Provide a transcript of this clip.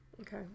Okay